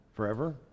Forever